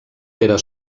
era